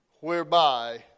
whereby